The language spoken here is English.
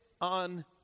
on